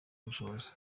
ubushobozi